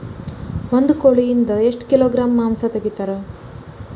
ಒಂದು ಕೋಳಿಯಿಂದ ಎಷ್ಟು ಕಿಲೋಗ್ರಾಂ ಮಾಂಸ ತೆಗಿತಾರ?